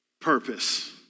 purpose